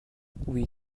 oui